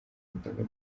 ibikorwa